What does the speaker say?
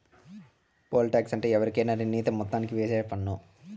pole tax అంటే ఎవరికైనా నిర్ణీత మొత్తానికి ఏసే పన్ను